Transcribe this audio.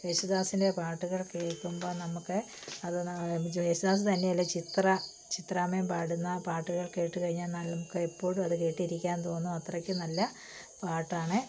യേശുദാസിൻ്റെ പാട്ടുകൾ കേൾക്കുമ്പം നമ്മൾക്ക് അതൊന്ന് വിജയ് യേശുദാസ് തന്നെയല്ലേ ചിത്ര ചിത്രാമ്മയും പാടുന്ന പാട്ടുകൾ കേട്ടു കഴിഞ്ഞെന്നാൽ നമുക്ക് എപ്പോഴും അതു കേട്ടിരിക്കാൻ തോന്നും അത്രയ്ക്കും നല്ല പാട്ടാണ്